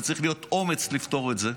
וצריך להיות אומץ לפתור את זה.